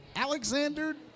Alexander